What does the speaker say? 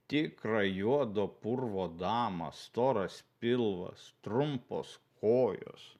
tikrą juodo purvo damą storas pilvas trumpos kojos